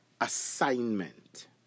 assignment